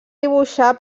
dibuixar